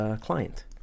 client